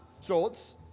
shorts